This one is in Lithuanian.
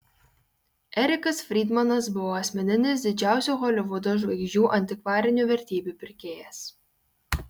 erikas frydmanas buvo asmeninis didžiausių holivudo žvaigždžių antikvarinių vertybių pirkėjas